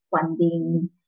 funding